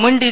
മുൻ ഡി